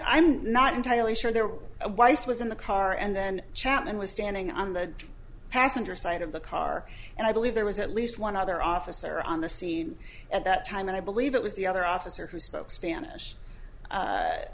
i'm not entirely sure there were a weis was in the car and then chapman was standing on the passenger side of the car and i believe there was at least one other officer on the scene at that time and i believe it was the other officer who spoke spanish